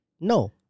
No